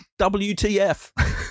WTF